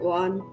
one